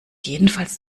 jedenfalls